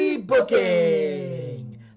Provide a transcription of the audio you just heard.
booking